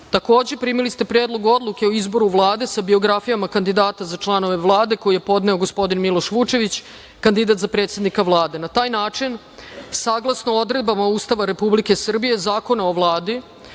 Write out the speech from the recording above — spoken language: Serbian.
primili ste Predlog odluke o izboru Vlade sa biografijama kandidata za članove Vlade, koji je podneo gospodin Miloš Vučević, kandidat za predsednika Vlade. Na taj način, saglasno odredbama Ustava Republike Srbije, Zakona o Vladi